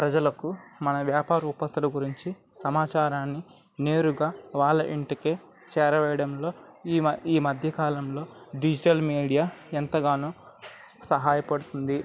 ప్రజలకు మన వ్యాపార ఉత్పత్తుల గురించి సమాచారాన్ని నేరుగా వాళ్ళ ఇంటికి చేరవేయడంలో ఈ ఈ మధ్యకాలంలో డిజిటల్ మీడియా ఎంతగానో సహాయపడుతుంది